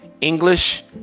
English